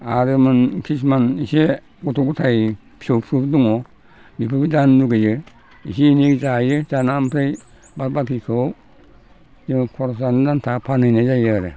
आरो मोन किसुमना एसे गथ' गथाय फिसौफोरबो दङ बिसोरबो जानो लुगैयो एसे एनै जायो दाना ओमफ्राय बाद बाकिखौ जोङो खरसा जानो आन्था फानहैनाय जायो आरो